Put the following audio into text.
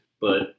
but-